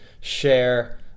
share